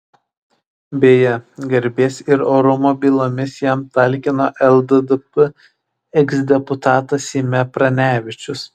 beje garbės ir orumo bylomis jam talkino lddp eksdeputatas seime pranevičius